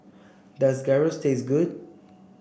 does Gyros taste good